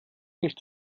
nicht